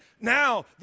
now